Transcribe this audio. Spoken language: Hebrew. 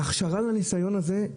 ההכשרה לניסיון הזה,